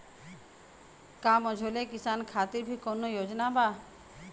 का मझोले किसान खातिर भी कौनो योजना बा?